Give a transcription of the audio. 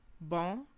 bon